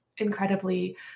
incredibly